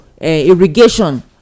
irrigation